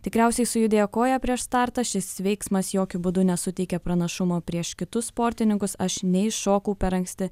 tikriausiai sujudėjo koja prieš startą šis veiksmas jokiu būdu nesuteikia pranašumo prieš kitus sportininkus aš neiššokau per anksti